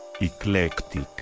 Eclectic